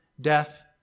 death